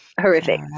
horrific